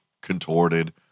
contorted